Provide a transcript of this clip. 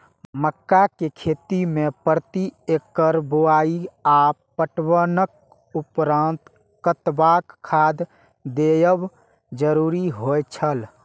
मक्का के खेती में प्रति एकड़ बुआई आ पटवनक उपरांत कतबाक खाद देयब जरुरी होय छल?